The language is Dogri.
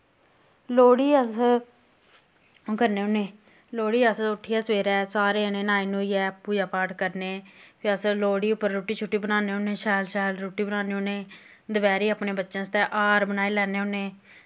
लोह्ड़ी अस ओह् करने होन्ने लोह्ड़ी अस उट्ठियै सवेरै सारे जन्ने न्हाई न्हुईयै पूजा पाठ करने फ्ही अस लोह्ड़ी उप्पर रुट्टी शुट्टी बनान्ने होन्ने शैल शैल रुट्टी बनाने होन्ने दपैह्री अपनै बच्चें आस्तै हार बनाई लैन्ने होन्ने